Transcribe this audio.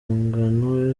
ngwano